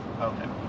okay